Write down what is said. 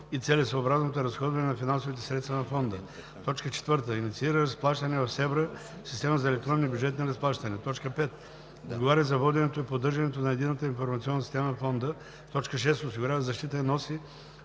и целесъобразното разходване на финансовите средства на фонда; 4. инициира разплащане в СЕБРА (Система за електронни бюджетни разплащания); 5. отговаря за воденето и поддържането на единната информационна система на фонда; 6. осигурява защита и носи